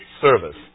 service